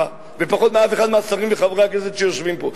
ופחות מאף אחד מהשרים וחברי הכנסת שיושבים פה,